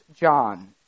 John